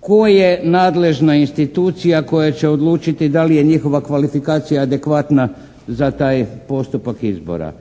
Tko je nadležna institucija koja će odlučiti da li je njihova kvalifikacija adekvatna za taj postupak izbora.